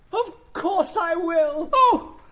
of course i will! oh!